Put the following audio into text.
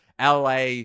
LA